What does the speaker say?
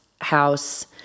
house